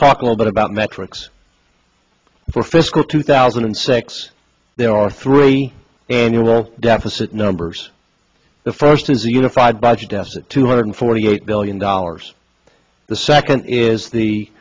talk a little bit about metrics for fiscal two thousand and six there are three annual deficit numbers the first is a unified budget deficit two hundred forty eight billion dollars the second is